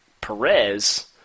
Perez